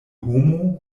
homo